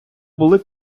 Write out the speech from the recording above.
були